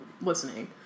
listening